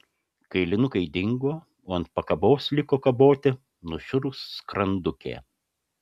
kailinukai dingo o ant pakabos liko kaboti nušiurus skrandukė